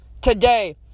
today